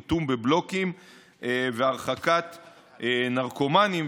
איטום בבלוקים והרחקת נרקומנים.